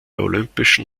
olympischen